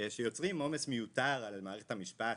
שיוצרים עומס מיותר על מערכת המשפט,